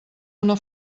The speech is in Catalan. una